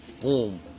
boom